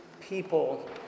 people